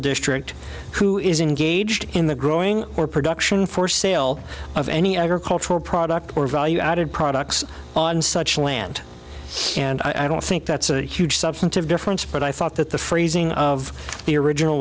district who is engaged in the growing or production for sale of any other cultural product or value added products on such land and i don't think that's a huge substantive difference but i thought that the phrasing of the original